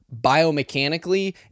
biomechanically